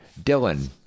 dylan